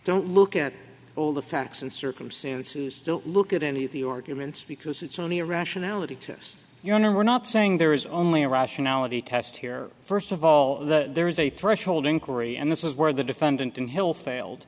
don't look at all the facts and circumstances don't look at any of the arguments because it's only a rationality test your honor we're not saying there is only a rationality test here first of all there is a threshold inquiry and this is where the defendant in hill failed